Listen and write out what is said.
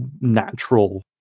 natural